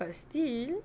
but still